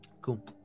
Cool